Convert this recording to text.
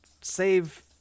save